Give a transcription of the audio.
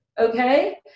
okay